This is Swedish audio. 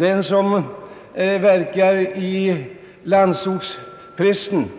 Den som verkar inom landsortspressen